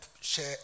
share